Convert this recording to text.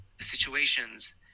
situations